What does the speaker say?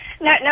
No